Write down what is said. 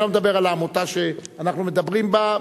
אני לא מדבר על העמותה שאנחנו מדברים בה,